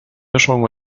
mischung